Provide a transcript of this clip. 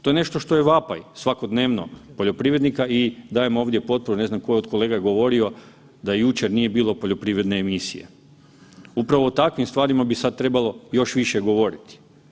To je nešto što je vapaj svakodnevno poljoprivrednika i dajem ovdje potporu, ne znam ko je od kolega govorio da jučer nije bilo poljoprivredne emisije, upravo o takvim stvarima bi sad trebalo još više govoriti.